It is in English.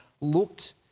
looked